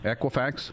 Equifax